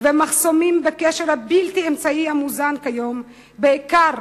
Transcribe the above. והמחסומים בקשר הבלתי-אמצעי, המוזן כיום בעיקר